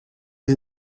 sie